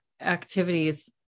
activities